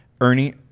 Ernie